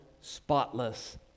spotless